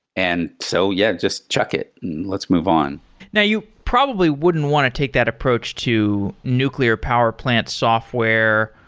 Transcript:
and so yeah, just chuck it and let's move on now you probably wouldn't want to take that approach to nuclear power plant software,